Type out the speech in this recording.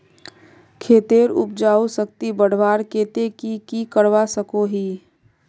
खेतेर उपजाऊ शक्ति बढ़वार केते की की करवा सकोहो ही?